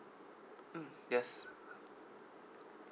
mm yes